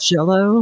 Jello